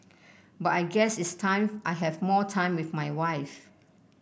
but I guess it's time I have more time with my wife